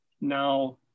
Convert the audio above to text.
Now